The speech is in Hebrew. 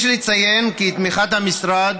יש לציין כי תמיכת המשרד